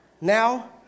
Now